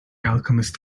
alchemist